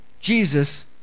jesus